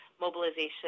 mobilization